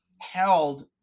held